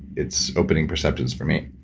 it's opening perceptives for me.